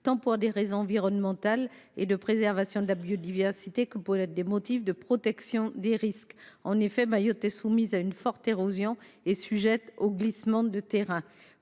tant pour des raisons environnementales et de préservation de la biodiversité que dans une logique de prévention des risques. En effet, Mayotte est soumise à une forte érosion et est sujette aux glissements de terrain.